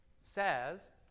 says